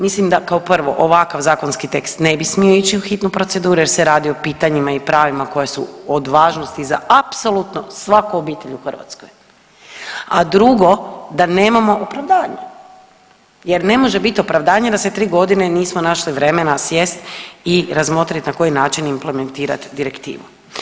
Mislim da kao prvo, ovakav zakonski tekst ne bi smio ići u hitnu proceduru jer se radi o pitanjima i pravima koje su od važnosti za apsolutno svaku obitelj u Hrvatskoj, a drugo, da nemamo opravdanja jer ne može biti opravdanje da se 3 godine nismo našli vremena sjest i razmotriti na koji način implementirati direktivu.